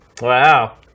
Wow